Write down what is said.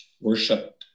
worship